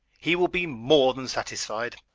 he will be more than satisfied.